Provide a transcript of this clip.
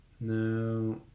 No